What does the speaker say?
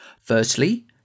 Firstly